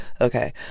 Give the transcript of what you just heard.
okay